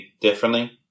differently